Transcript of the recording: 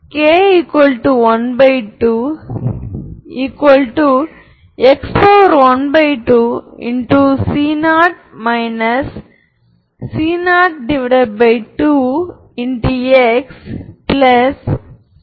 எனவே முன்பு எங்களிடம் வெக்டார்கள் இருந்தன இப்போது நமக்கு பங்க்க்ஷன்கள் உள்ளன எனவே ஒவ்வொரு பங்க்க்ஷன்ற்கும் இது உண்மை